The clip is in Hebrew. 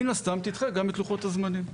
מן הסתם תדחה גם את לוחות הזמנים.